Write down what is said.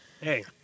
Hey